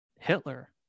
Hitler